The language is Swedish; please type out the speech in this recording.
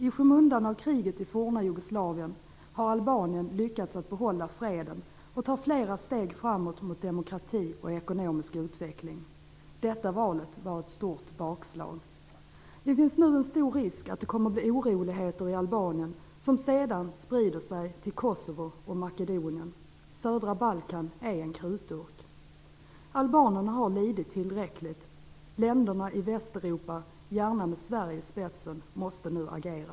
I skymundan av kriget i det forna Jugoslavien har Albanien lyckats behålla freden och ta flera steg framåt mot demokrati och ekonomisk utveckling. Detta val var ett stort bakslag. Det finns nu en stor risk att det kommer att bli oroligheter i Albanien som sedan sprider sig till Kosovo och Makedonien. Södra Balkan är en krutdurk. Albanerna har lidit tillräckligt. Länderna i Västeuropa måste nu, gärna med Sverige i spetsen, agera.